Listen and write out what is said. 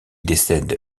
décède